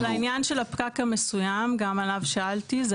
אוקיי, אז לעניין של הפקק המסוים, גם עליו שאלתי.